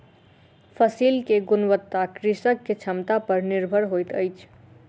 फसिल के गुणवत्ता कृषक के क्षमता पर निर्भर होइत अछि